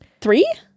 three